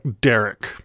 Derek